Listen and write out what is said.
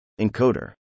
Encoder